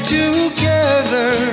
together